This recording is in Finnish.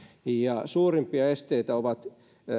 ja suurimpia esteitä ovat